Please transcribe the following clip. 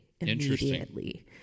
immediately